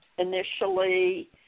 initially